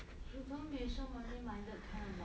you don't be so money minded can or not